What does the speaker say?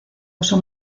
uso